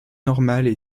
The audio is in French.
normales